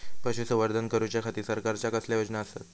पशुसंवर्धन करूच्या खाती सरकारच्या कसल्या योजना आसत?